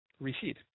recede